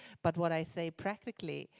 but what i say practically,